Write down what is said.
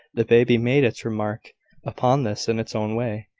the baby made its remark upon this in its own way.